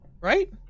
Right